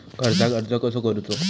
कर्जाक अर्ज कसो करूचो?